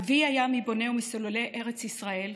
אבי היה מבוני ומסוללי ארץ ישראל,